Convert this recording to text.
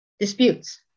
disputes